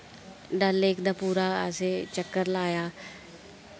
Dal lake दा पूरा असें चक्कर लाया